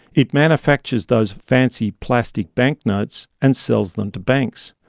it manufactures those fancy plastic bank-notes and sells them to banks.